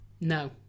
no